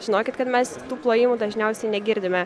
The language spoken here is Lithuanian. žinokit kad mes tų plojimų dažniausiai negirdime